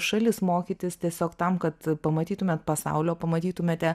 šalis mokytis tiesiog tam kad pamatytumėt pasaulio pamatytumėte